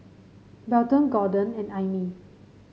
Belton Gorden and Aimee